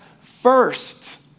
first